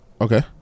Okay